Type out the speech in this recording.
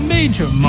Major